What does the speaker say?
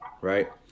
right